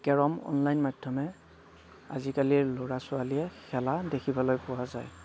carrom online মাধ্যমে আজিকালিৰ ল'ৰা ছোৱালীয়ে খেলা দেখিবলৈ পোৱা যায়